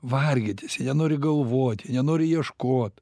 vargintis jie nenori galvot jie nenori ieškot